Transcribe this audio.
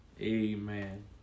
amen